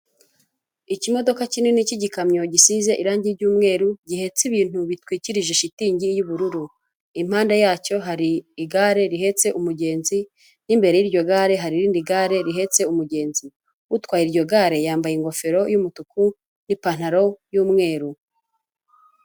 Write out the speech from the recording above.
Ikimodoka kinini cy'ikamyo gisize irangi ry'umweru gihetse ibintu bitwikirije shitingi y'ubururu impande yacyo hari igare rihetse umugenzi n'imbere y'iryo gare hari irindi gare rihetse umugenzi utwaye iryo gare yambaye ingofero y'umutuku n'ipantaro y'umweru.